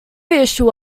issue